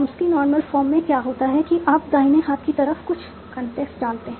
Chomsky normal form में क्या होता है कि आप दाहिने हाथ की तरफ कुछ कंस्ट्रेंट्स डालते हैं